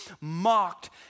mocked